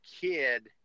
kid